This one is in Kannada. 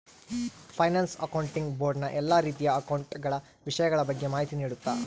ಫೈನಾನ್ಸ್ ಆಕ್ಟೊಂಟಿಗ್ ಬೋರ್ಡ್ ನ ಎಲ್ಲಾ ರೀತಿಯ ಅಕೌಂಟ ಗಳ ವಿಷಯಗಳ ಬಗ್ಗೆ ಮಾಹಿತಿ ನೀಡುತ್ತ